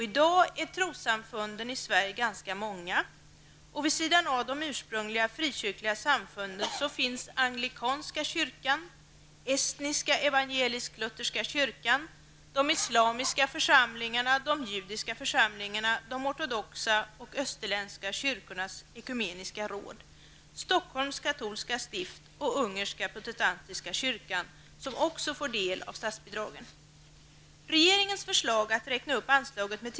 I dag är trossamfunden i Sverige ganska många, och vid sidan av de ursprungliga frikyrkliga samfunden finns anglikanska kyrkan, estniska evangelisk-lutherska kyrkan, de islamiska församlingarna, de judiska församlingarna, de ortodoxa och österländska kyrkornas ekumeniska råd, Stockholms katolska stift och ungerska protestantiska kyrkan, som också får del av statsbidragen.